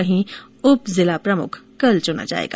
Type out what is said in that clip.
वहां उप जिला प्रमुख कल चुना जाएगा